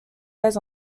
pas